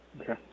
Okay